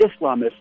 Islamists